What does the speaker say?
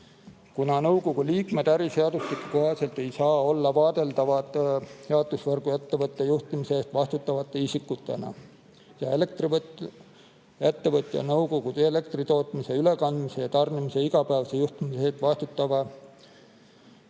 kuna nõukogu liikmed äriseadustiku kohaselt ei saa olla vaadeldavad jaotusvõrguettevõtte juhtimise eest vastutavate isikutena ning elektriettevõtja nõukogu elektritootmise, ülekandmise või tarnimise igapäevase juhtimise eest vastutava